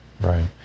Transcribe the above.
Right